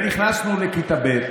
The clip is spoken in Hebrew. נכנסנו לכיתה ב',